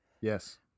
Yes